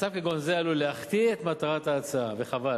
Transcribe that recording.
מצב כגון זה עלול להחטיא את מטרת ההצעה, וחבל.